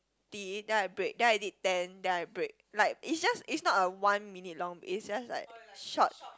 ~ty then I break then I did ten then I break like it's just it's not a one minute long it's just like short